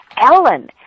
Ellen